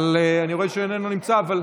אבל אני רואה שהוא איננו נמצא.